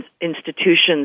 institutions